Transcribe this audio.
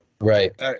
right